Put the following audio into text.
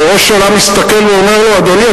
וראש הממשלה מסתכל ואומר לו: אדוני,